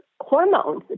hormones